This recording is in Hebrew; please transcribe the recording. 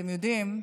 אתם יודעים,